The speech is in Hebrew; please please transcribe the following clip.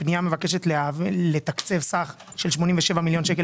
הפנייה מבקשת לתקצב סך של 87 מיליון שקל